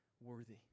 worthy